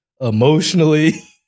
emotionally